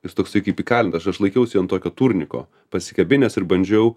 jis toksai kaip įkalintas aš laikiausi ant tokio turniko pasikabinęs ir bandžiau